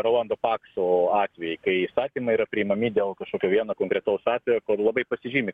rolando pakso atvejį kai įstatymai yra priimami dėl kažkokio vieno konkretaus atvejo kur labai pasižymi